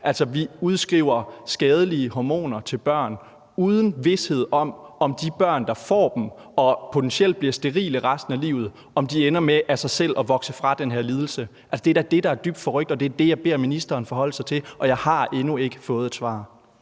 Altså, vi udskriver skadelige hormoner til børn uden vished om, om de børn, der får dem og potentielt bliver sterile resten af livet, af sig selv ender med at vokse fra den her lidelse. Det er da det, der er dybt forrykt. Det er det, jeg beder ministeren forholde sig til, og jeg har endnu ikke fået et svar.